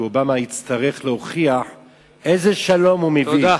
כי אובמה יצטרך להוכיח איזה שלום הוא מביא.